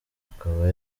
akaba